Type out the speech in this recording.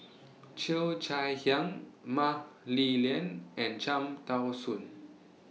Cheo Chai Hiang Mah Li Lian and Cham Tao Soon